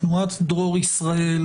תנועת "דרור ישראל"